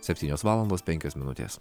septynios valandos penkios minutės